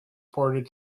ported